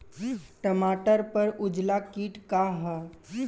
टमाटर पर उजला किट का है?